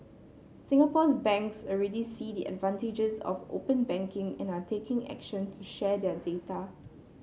Singapore's banks already see the advantages of open banking and are taking action to share their data